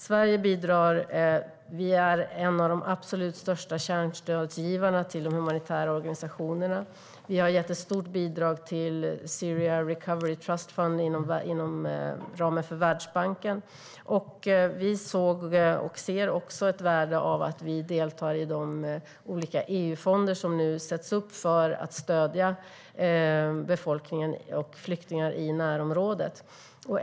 Sverige bidrar. Vi är en av de absolut största kärnstödsgivarna till de humanitära organisationerna. Vi har gett ett stort bidrag till Syria Recovery Trust Fund inom ramen för Världsbanken. Vi ser också ett värde i att vi deltar i de olika EU-fonder som nu sätts upp för att stödja befolkningen och flyktingar i närområdet.